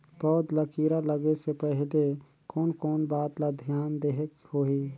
पौध ला कीरा लगे से पहले कोन कोन बात ला धियान देहेक होही?